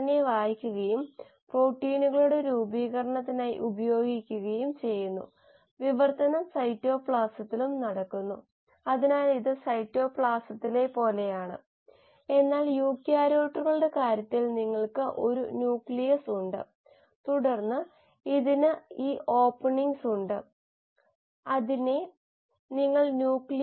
ആ വശങ്ങളെക്കുറിച്ച് കൂടുതലറിയാൻ ആഗ്രഹിക്കുന്ന ആളുകൾക്ക് താൽപ്പര്യമുണർത്തുന്ന ധാരാളം വീഡിയോകൾ വെബ്സൈറ്റുകൾ പ്രബന്ധങ്ങൾ എന്നിവ ഉൾപ്പെടുന്ന കുറെ വിഷയാനുബന്ധങ്ങൾ ഞാൻ നിങ്ങൾക്ക് നൽകി